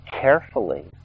carefully